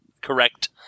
correct